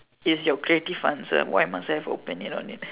is your creative answer why must I have opinion on it